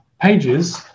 pages